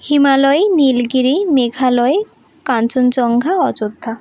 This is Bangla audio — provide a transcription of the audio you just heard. হিমালয় নীলগিরি মেঘালয় কাঞ্চনজঙ্ঘা অযোধ্যা